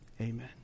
amen